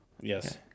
Yes